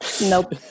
nope